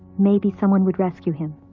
maybe someone would rescue him.